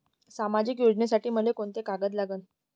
सामाजिक योजनेसाठी मले कोंते कागद लागन?